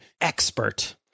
expert